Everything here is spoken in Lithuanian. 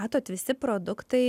matot visi produktai